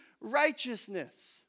righteousness